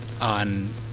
on